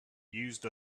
used